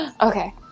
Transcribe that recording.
Okay